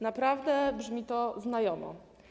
Naprawdę brzmi to znajomo.